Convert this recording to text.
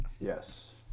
Yes